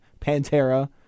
Pantera